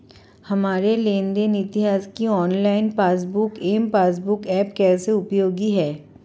हमारे लेन देन इतिहास के online passbook M passbook app कैसे उपयोगी है?